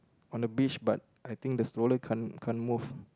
on the beach but I think the stroller can't can't move